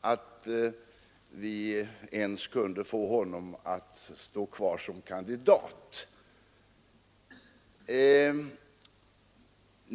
att vi ens kunde förmå honom att stå kvar som kandidat.